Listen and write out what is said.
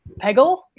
Peggle